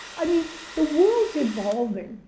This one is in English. i mean, the world's evolving.